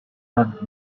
and